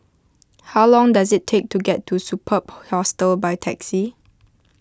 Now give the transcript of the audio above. how long does it take to get to Superb Hostel by taxi